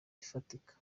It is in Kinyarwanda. ifatika